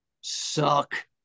suck